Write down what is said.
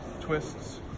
twists